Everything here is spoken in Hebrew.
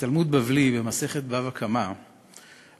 בתלמוד בבלי במסכת בבא קמא מסופר: